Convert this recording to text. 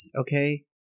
okay